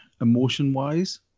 emotion-wise